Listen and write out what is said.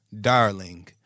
darling